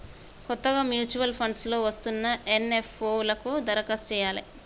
కొత్తగా mutual funds లో వస్తున్న ఎన్.ఎఫ్.ఓ లకు దరఖాస్తు చెయ్యాలే